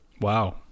Wow